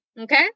Okay